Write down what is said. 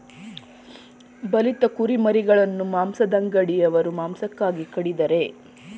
ಬಲಿತ ಕುರಿಮರಿಗಳನ್ನು ಮಾಂಸದಂಗಡಿಯವರು ಮಾಂಸಕ್ಕಾಗಿ ಕಡಿತರೆ